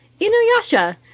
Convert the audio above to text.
Inuyasha